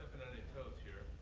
toes here.